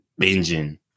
binging